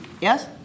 yes